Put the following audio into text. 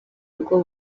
ubwo